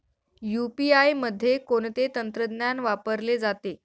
UPI मध्ये कोणते तंत्रज्ञान वापरले जाते?